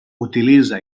utilitza